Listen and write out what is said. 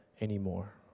anymore